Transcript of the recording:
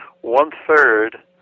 one-third